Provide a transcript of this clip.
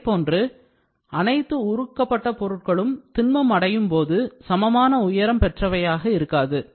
அதேபோன்று அனைத்து உருக்கப்பட்ட பொருட்களும் திண்மம் அடையும்போது சமமான உயரம் பெற்றவையாக இருக்காது